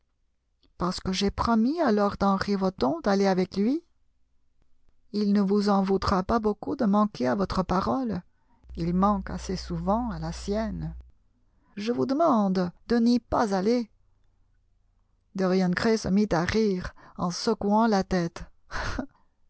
parce que j'ai promis à lord henry wotton d'aller avec lui il ne vous en voudra pas beaucoup de manquer à votre parole il manque assez souvent à la sienne je vous demande de n'y pas aller dorian gray se mit à rire en secouant la tête